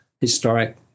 historic